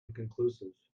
inconclusive